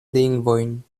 lingvojn